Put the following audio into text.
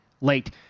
late